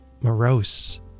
morose